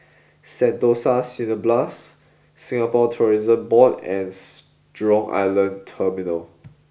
Sentosa Cineblast Singapore Tourism Board and Jurong Island Terminal